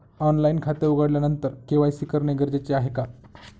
Online खाते उघडल्यानंतर KYC करणे गरजेचे आहे का?